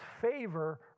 favor